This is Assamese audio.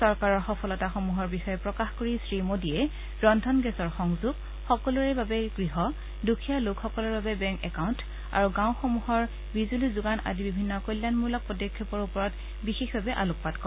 চৰকাৰৰ সফলতাসমূহৰ বিষয়ে উল্লেখ কৰি শ্ৰীমোডীয়ে ৰন্ধন গেছৰ সংযোগ সকলোৰে বাবে গৃহ দুখীয়া লোকসকলৰ বাবে বেংক একাউণ্ট আৰু গাঁওসমূহৰ বিজুলী যোগান আদি বিভিন্ন কল্যাণমূলক পদক্ষেপৰ ওপৰত বিশেষভাৱে আলোকপাত কৰে